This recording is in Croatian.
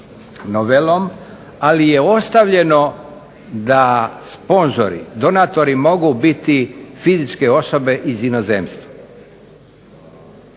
novelom, ali je ostavljeno da sponzori, donatori mogu biti fizičke osobe iz inozemstva.